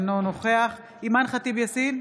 אינו נוכח אימאן ח'טיב יאסין,